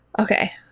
Okay